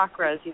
chakras